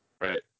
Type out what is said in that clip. Right